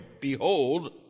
behold